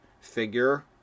figure